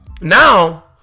now